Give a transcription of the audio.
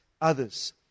others